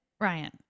Ryan